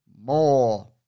more